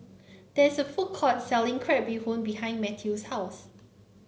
there's a food court selling Crab Bee Hoon behind Mathew's house